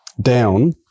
down